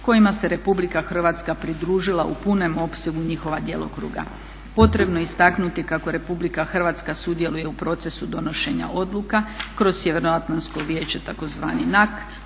kojima se Republika Hrvatska pridružila u punom opsegu njihova djelokruga. Potrebno je istaknuti kako Republika Hrvatska sudjeluje u procesu donošenja odluka kroz Sjevernoatlantsko vijeće tzv. NAK